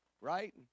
right